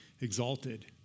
exalted